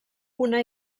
una